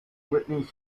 whitney